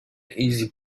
easy